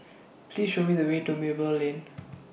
Please Show Me The Way to Merlimau Lane